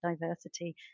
diversity